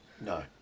No